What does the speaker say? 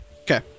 okay